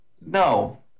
No